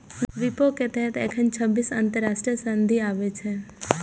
विपो के तहत एखन छब्बीस अंतरराष्ट्रीय संधि आबै छै